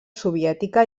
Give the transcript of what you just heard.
soviètica